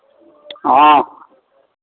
हँ